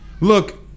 Look